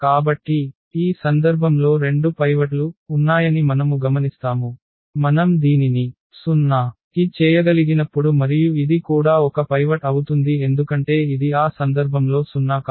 కాబట్టి ఈ సందర్భంలో 2 పైవట్లు ఉన్నాయని మనము గమనిస్తాము మనం దీనిని 0 కి చేయగలిగినప్పుడు మరియు ఇది కూడా ఒక పైవట్ అవుతుంది ఎందుకంటే ఇది ఆ సందర్భంలో 0 కాదు